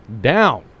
down